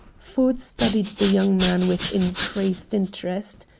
ford studied the young man with increased interest.